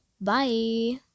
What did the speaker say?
bye